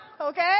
Okay